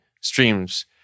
streams